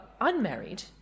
unmarried